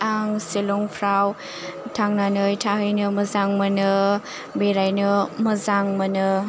आं शिलंफ्राव थांनानै थाहैनो मोजां मोनो बेरायनो मोजां मोनो